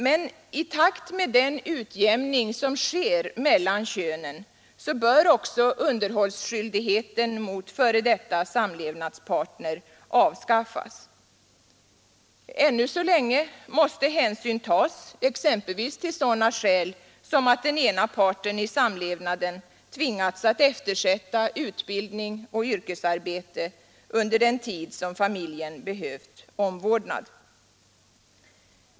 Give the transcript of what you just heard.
Men i takt med den utjämning som sker mellan könen, bör också underhållsskyldigheten mot f. d. samlevnadsparter avskaffas. Ännu så länge måste hänsyn tas exempelvis till sådana skäl som att den ena parten i samlevnaden tvingas att eftersätta utbildning och yrkesarbete under den tid som familjen behövt omvårdnad.